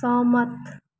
सहमत